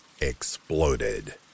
exploded